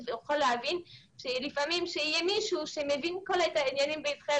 וזה טוב שלפעמים יהיה מישהו שמבין את כל הדברים בישראל